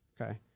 Okay